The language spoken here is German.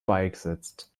beigesetzt